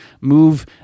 move